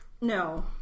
No